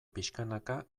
pixkanaka